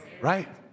Right